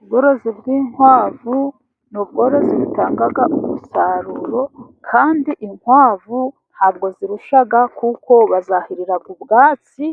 Ubworozi bw'inkwavu ni ubworozi butanga umusaruro, kandi inkwavu ntabwo zirusha kuko bazahirira ubwatsi,